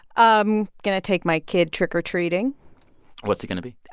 um going to take my kid trick-or-treating what's he going to be?